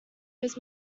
his